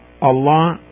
Allah